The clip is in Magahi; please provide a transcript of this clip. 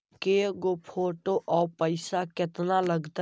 के गो फोटो औ पैसा केतना लगतै?